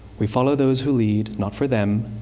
we follow those who lead, not for them,